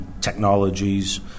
technologies